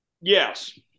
Yes